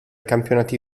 campionati